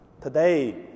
today